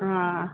हा